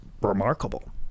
remarkable